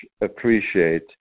appreciate